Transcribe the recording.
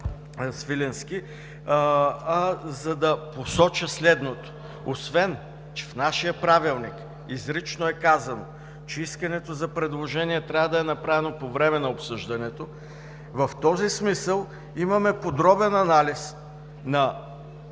за да посоча следното: Освен че в нашия Правилник изрично е казано, че искането за предложения трябва да е направено по време на обсъждането, в този смисъл имаме подробен анализ на